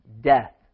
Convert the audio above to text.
death